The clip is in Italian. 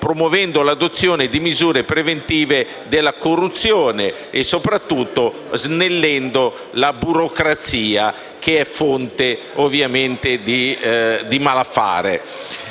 promuovendo l'adozione di misure preventive della corruzione e soprattutto snellendo la burocrazia che è fonte, ovviamente, di malaffare.